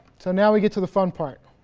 so now we get to the fun part.